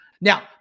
Now